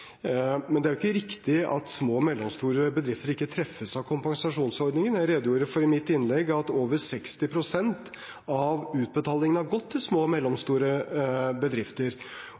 Men det er ikke riktig at små og mellomstore bedrifter ikke treffes av kompensasjonsordningen. Jeg redegjorde i mitt innlegg for at over 60 pst. av utbetalingene har gått til små og mellomstore bedrifter.